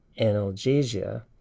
analgesia